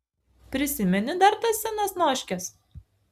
prisimeni dar tas senas noškes